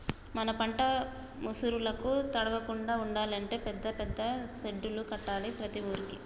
మన పంట ముసురులకు తడవకుండా ఉండాలి అంటే పెద్ద పెద్ద సెడ్డులు కట్టాలి ప్రతి ఊరుకి